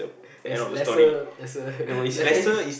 less lesser lesser